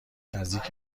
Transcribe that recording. نزدیک